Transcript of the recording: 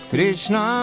Krishna